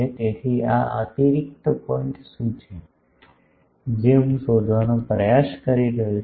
તેથી આ અતિરિક્ત પોઇન્ટ શું છે જે હું શોધવાનો પ્રયાસ કરી રહ્યો છું